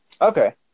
Okay